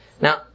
Now